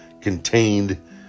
contained